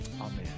Amen